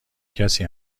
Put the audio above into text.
کسی